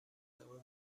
اون